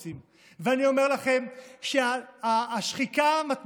כשלא רוצים למנות פקיד מדינה כשיש ועדה שבחנה אותו,